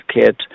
kids